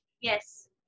Yes